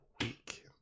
week